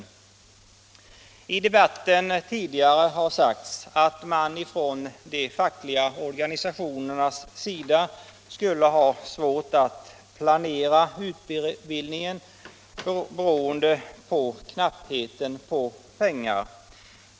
politiken Arbetsmarknadspolitiken I den tidigare debatten har det sagts att de fackliga organisationerna skulle ha svårt att planera utbildningen beroende på knappheten på pengar.